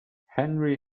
henry